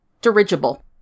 dirigible